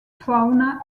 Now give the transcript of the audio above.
fauna